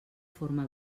forma